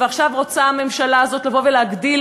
ועכשיו רוצה הממשלה הזאת לבוא ולהגדיל